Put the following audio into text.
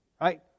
right